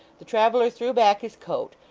the traveller threw back his coat,